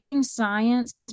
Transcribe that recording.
science